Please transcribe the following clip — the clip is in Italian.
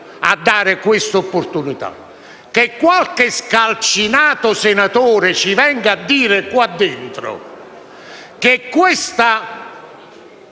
a dare questa opportunità. Ora, che qualche scalcinato ci venga a dire qua dentro che questa